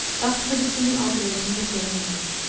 thus producing the alternations of day and night.